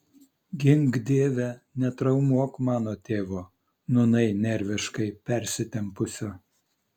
gink dieve netraumuok mano tėvo nūnai nerviškai persitempusio